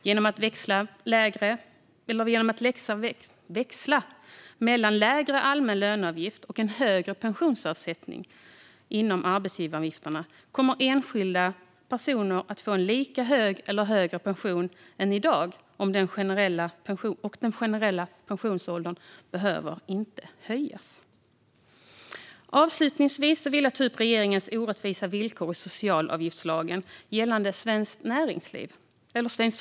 Genom att man växlar mellan lägre allmän löneavgift och högre pensionsavsättningar inom arbetsgivaravgifterna kommer enskilda personer att få lika hög pension som i dag eller högre, och den generella pensionsåldern behöver inte höjas. Avslutningsvis vill jag ta upp regeringens orättvisa villkor i socialavgiftslagen gällande svenskt friluftsliv.